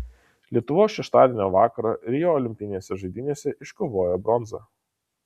lietuvos šeštadienio vakarą rio olimpinėse žaidynėse iškovojo bronzą